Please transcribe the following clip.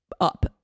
up